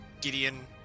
Gideon